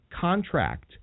contract